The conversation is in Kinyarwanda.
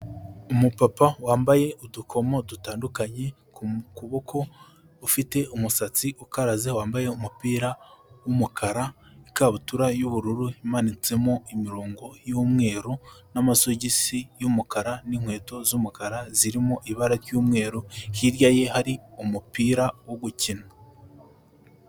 Umupapa wambaye udukomo dutandukanye ku kuboko ufite umusatsi ukaraze, wambaye umupira w'umukara, ikabutura y'ubururu imanutsemo imirongo y'umweru n'amasogisi y'umukara n'inkweto z'umukara, zirimo ibara ry'umweru, hirya ye hari umupira wo gukina.